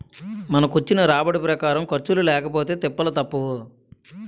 మనకొచ్చిన రాబడి ప్రకారం ఖర్చులు లేకపొతే తిప్పలు తప్పవు